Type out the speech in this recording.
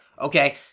Okay